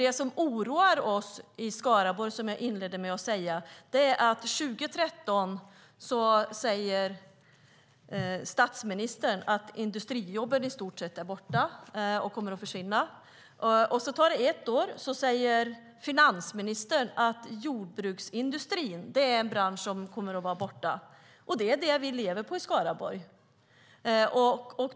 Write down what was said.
Det som oroar oss i Skaraborg är, som jag inledde med att säga, att statsministern 2013 säger att industrijobben i stort sett är borta och kommer att försvinna och att finansministern ett år senare säger att jordbruksindustrin är en bransch som kommer att försvinna. Det är den vi lever på i Skaraborg.